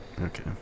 Okay